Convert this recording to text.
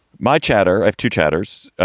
my chatter of two chatters.